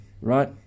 Right